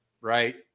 right